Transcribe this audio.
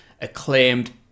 acclaimed